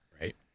Right